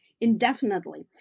indefinitely